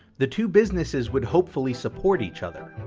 the two businesses would hopefully support each other.